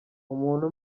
umuntu